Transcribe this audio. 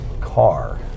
car